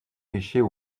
fichiers